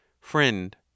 FRIEND